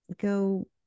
go